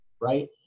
right